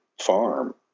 farm